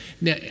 now